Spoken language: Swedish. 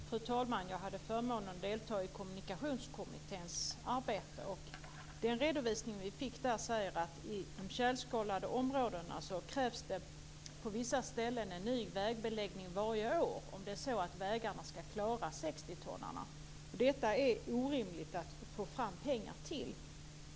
Fru talman! Jag hade förmånen att delta i Kommunikationskommitténs arbete, och den redovisning vi fick där säger att det på vissa ställen i de tjälskadade områdena krävs ny vägbeläggning varje år om vägarna ska klara 60-tonnarna. Detta är det orimligt att få fram pengar till.